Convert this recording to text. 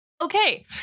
Okay